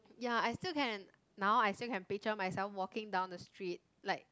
ya I still can now I still can picture myself walking down the street like